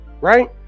right